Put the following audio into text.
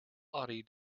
body